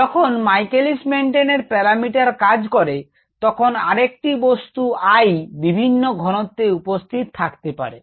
যখন Michaelis Menten এর parameter কাজ করে তখন আরেকটি বস্তু I বিভিন্ন ঘনত্বে উপস্থিত থাকতে পারে